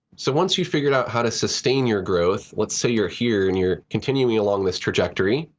so once you've figured out how to sustain your growth, let's say you're here and you're continuing along this trajectory,